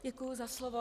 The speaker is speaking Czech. Děkuji za slovo.